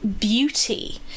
beauty